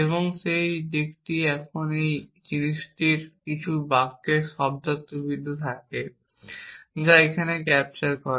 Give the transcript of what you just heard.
এবং সেই দিকটি এই জিনিসটির কিছু বাক্যের শব্দার্থবিদ্যা থাকে যা এখানে ক্যাপচার করে